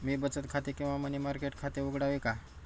मी बचत खाते किंवा मनी मार्केट खाते उघडावे का?